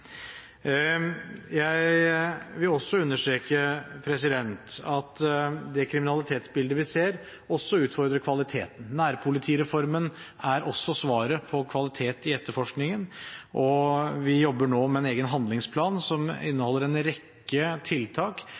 Jeg vil også understreke at det kriminalitetsbildet vi ser, også utfordrer kvaliteten. Nærpolitireformen er også svaret på kvalitet i etterforskningen, og vi jobber nå med en egen handlingsplan som inneholder en rekke tiltak